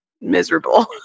miserable